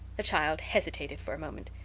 the child hesitated for a moment.